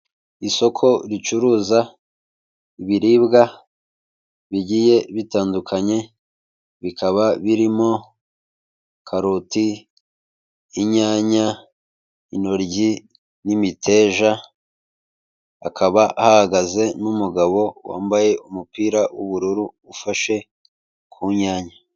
Isoko ricuruza ibiribwa bigiye bitandukanye, bikaba birimo karoti, inyanya, intoryi, n'imiteja hakaba hahagaze n'umugabo wambaye umupira w'ubururu ufashe ku nyanya.